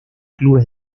clubes